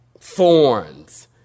thorns